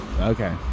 Okay